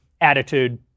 attitude